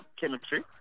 chemistry